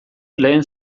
lehen